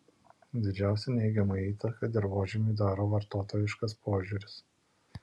didžiausią neigiamą įtaką dirvožemiui daro vartotojiškas požiūris